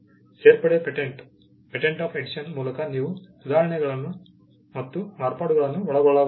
ಸೇರ್ಪಡೆ ಪೇಟೆಂಟ್ ಮೂಲಕ ನೀವು ಸುಧಾರಣೆಗಳು ಮತ್ತು ಮಾರ್ಪಾಡುಗಳನ್ನು ಒಳಗೊಳ್ಳಬಹುದು